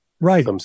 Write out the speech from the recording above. Right